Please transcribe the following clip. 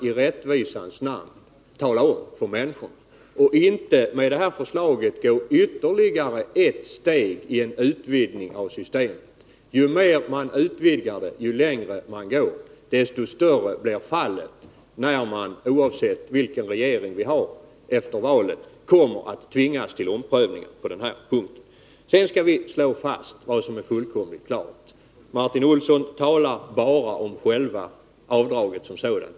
I rättvisans namn bör man tala om detta för människorna och inte, med det här förslaget, gå ytterligare ett steg mot en utvidgning av systemet. Ju mer man utvidgar det, desto större blir fallet, när vederbörande — oavsett vilken regering vi har — efter valet tvingas till omprövning på den här punkten. Sedan skall vi slå fast någonting fullkomligt klart. Martin Olsson talar bara om avdraget som sådant.